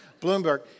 Bloomberg